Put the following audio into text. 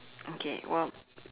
okay well